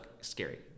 scary